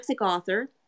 author